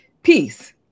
Peace